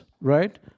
right